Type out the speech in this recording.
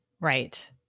Right